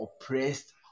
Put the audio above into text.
oppressed